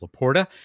Laporta